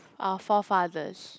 our forefathers